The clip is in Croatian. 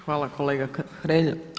Hvala kolega Hrelja.